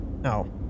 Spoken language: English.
No